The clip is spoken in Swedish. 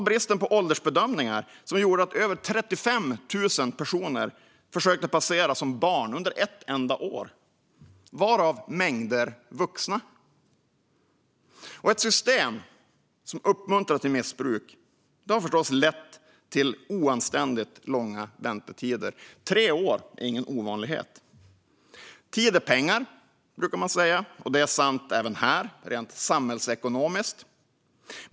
Bristen på åldersbedömningar gjorde att över 35 000 personer försökte passera som barn under ett enda år, varav mängder var vuxna. Ett system som uppmuntrat till missbruk har förstås lett till oanständigt långa väntetider; tre år är inte ovanligt. Tid är pengar brukar man säga, och det är sant även här, rent samhällsekonomiskt.